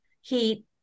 heat